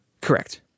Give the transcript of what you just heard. Correct